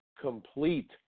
complete